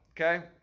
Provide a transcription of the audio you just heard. okay